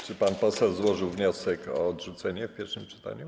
Czy pan poseł złożył wniosek o odrzucenie w pierwszym czytaniu?